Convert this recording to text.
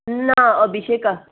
ना अभिशेका